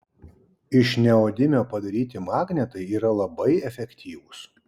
iš neodimio padaryti magnetai yra labai efektyvūs